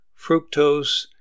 fructose